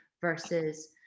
versus